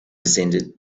descended